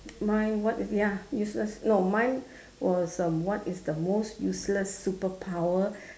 mine what ya useless no mine was um what is the most useless superpower